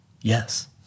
Yes